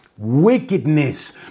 wickedness